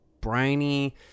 briny